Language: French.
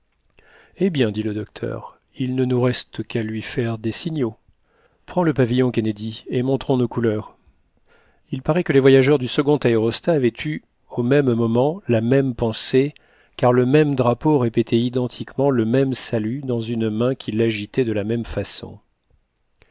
eh bien dit le docteur il ne nous reste qu'à lui faire des signaux prends le pavillon kennedy et montrons nos couleurs il paraît que les voyageurs du second aérostat avaient eu au même moment la même pensée car le même drapeau répétait identiquement le même salut dans une main qui l'agitait de la même façon